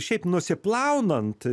šiaip nusiplaunant